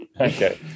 Okay